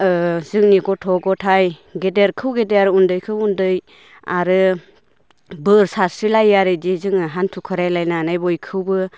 ओ जोंनि गथ' गथाइ गेदेरखौ गेदेर उन्दैखौ उन्दै आरो बोर सारस्रिलायो आरो इदि जोङो हान्थु खराइ लायनानै बयखौबो